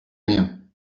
rien